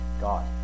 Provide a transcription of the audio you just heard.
God